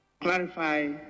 Clarify